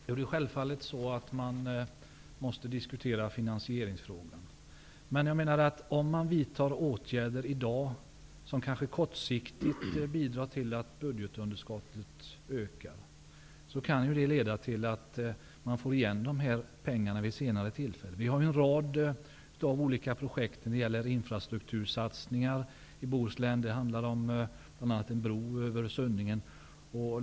Fru talman! Självfallet måste man diskutera finansieringsfrågan. Åtgärder som i dag kanske kortsiktigt leder till att budgetunderskottet ökar kan innebära att man får igen pengarna vid ett senare tillfälle. Vi har i Bohuslän en rad olika infrastrukturprojekt. Det handlar om bl.a. en bro.